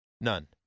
None